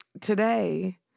today